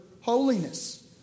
holiness